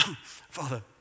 Father